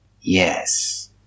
Yes